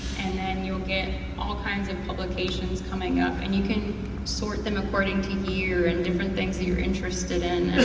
and you'll get all kinds of publications coming up, and you can sort them according to year and different things that you're interested in.